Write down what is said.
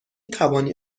توانی